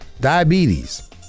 diabetes